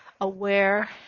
aware